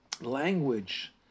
language